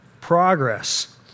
progress